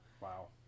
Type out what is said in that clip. Wow